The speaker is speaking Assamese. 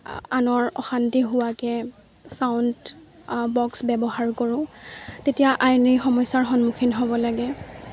আনৰ অশান্তি হোৱাকৈ ছাউণ্ড বক্স ব্যৱহাৰ কৰোঁ তেতিয়া আইনীৰ সমস্যাৰ সন্মুখীন হ'ব লাগে